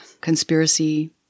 conspiracy